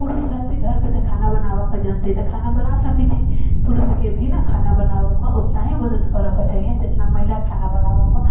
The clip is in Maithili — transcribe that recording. तऽ पुरुष रहतै घरपर तऽ खाना बनाबैके जनतै तऽ खाना बना सकै छै पुरुषके भी ने खाना बनाबैमे ओतना ही मदद करैके चाही जतना महिला खाना बनाबैमे